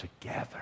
together